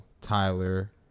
Tyler